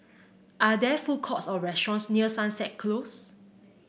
are there food courts or restaurants near Sunset Close